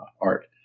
art